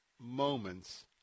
moments